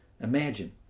Imagine